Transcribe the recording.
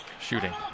Shooting